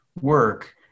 work